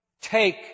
take